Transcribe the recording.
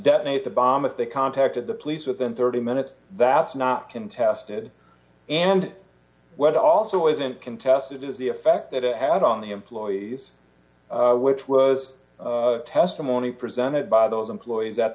detonate the bomb if they contacted the police within thirty minutes that's not contested and what also isn't contested is the effect that it had on the employees which was testimony presented by those employees that